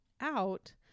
out